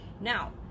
Now